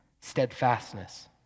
steadfastness